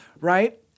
Right